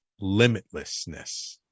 Limitlessness